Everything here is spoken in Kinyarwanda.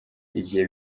igihe